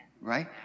Right